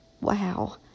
wow